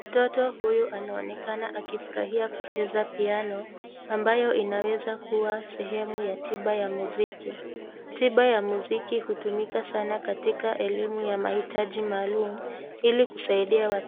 Mtoto huyu anaonekana akifurahia kucheza piano ambayao inaweza kuwa sehemu ya tiba ya muziki. Tiba ya muziki hutumika sana katika elimu ya mahitaji maalum ii kusaida